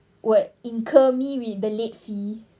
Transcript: would incur me with the late fee